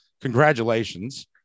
congratulations